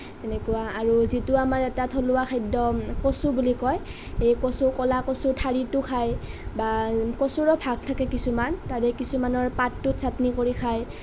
তেনেকুৱা আৰু যিটো আমাৰ এটা থলুৱা খাদ্য কচু বুলি কয় সেই কচু ক'লা কচুৰ ঠাৰিটো খায় বা কচুৰো ভাগ থাকে কিছুমান তাৰে কিছুমানৰ পাতটো চাটনি কৰি খায়